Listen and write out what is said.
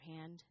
hand